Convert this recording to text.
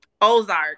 Ozark